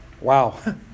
Wow